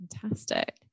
Fantastic